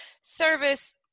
service